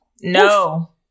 No